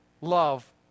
love